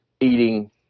eating